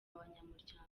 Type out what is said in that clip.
abanyamuryango